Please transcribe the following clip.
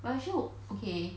but actually 我 okay